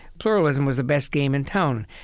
pluralism was the best game in town.